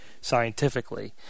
scientifically